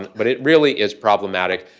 but it really is problematic,